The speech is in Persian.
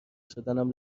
شدنم